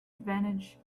advantage